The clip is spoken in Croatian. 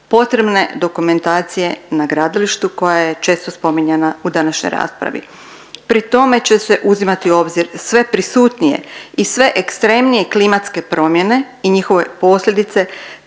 potrebne dokumentacije na gradilištu koja je često spominjana u današnjoj raspravi, pri tome će se uzimati u obzir sve prisutnije i sve ekstremnije klimatske promjene i njihove posljedice,